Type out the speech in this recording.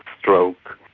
stroke,